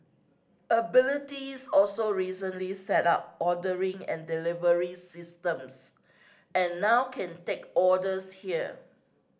abilities also recently set up ordering and delivery systems and now can take orders here